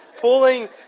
Pulling